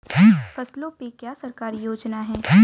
फसलों पे क्या सरकारी योजना है?